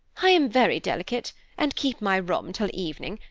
i am very delicate and keep my room till evening,